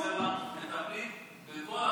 חסרים לנו מטפלים בכל תחום,